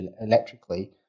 electrically